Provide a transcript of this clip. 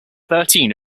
thirteen